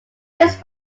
his